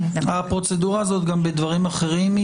הפרוצדורה הזאת גם בדברים אחרים היא